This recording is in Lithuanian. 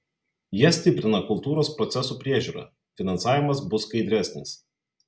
jie stiprina kultūros procesų priežiūrą finansavimas bus skaidresnis